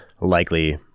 likely